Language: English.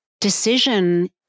decision